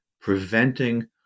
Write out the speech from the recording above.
preventing